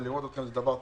ולראות אתכם זה דבר טוב,